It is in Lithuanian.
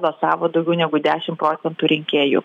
balsavo daugiau negu dešim procentų rinkėjų